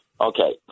Okay